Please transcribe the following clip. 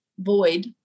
void